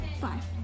Five